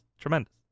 tremendous